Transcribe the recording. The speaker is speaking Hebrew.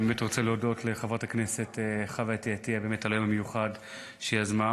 אני רוצה להודות לחברת הכנסת חוה אתי עטייה על היום המיוחד שיזמה.